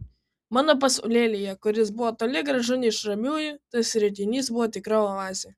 mano pasaulėlyje kuris buvo toli gražu ne iš ramiųjų tas reginys buvo tikra oazė